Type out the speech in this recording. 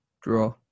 Draw